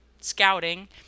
scouting